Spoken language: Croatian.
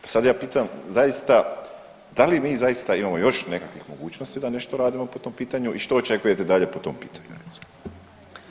Pa sad ja pitam zaista da li mi zaista imamo još nekakvih mogućnosti da nešto radimo po tom pitanju i što očekujete dalje po tom pitanju recimo?